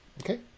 Okay